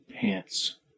pants